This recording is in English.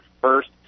first